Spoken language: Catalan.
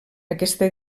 aquesta